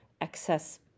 excess